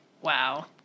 Wow